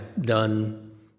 done